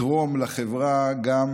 בלתרום לחברה ייעוד,